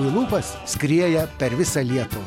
į lūpas skrieja per visą lietuvą